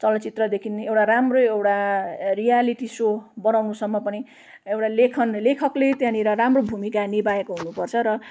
चलचित्रदेखिन् एउटा राम्रो एउटा रियालिटी सो बनाउनुसम्म पनि एउटा लेखन लेखकले त्यहाँनिर राम्रो भूमिका निभाएको हुनुपर्छ र